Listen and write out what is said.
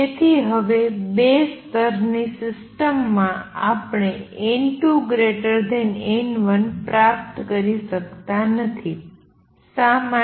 તેથી હવે બે સ્તરની સિસ્ટમ માં આપણે n2 n1 પ્રાપ્ત કરી શકતા નથી શા માટે